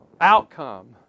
outcome